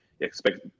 expect